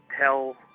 tell